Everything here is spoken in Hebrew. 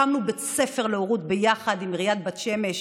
הקמנו בית ספר להורות ביחד עם עיריית בית שמש